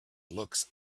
looks